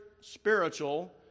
spiritual